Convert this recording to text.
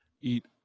eat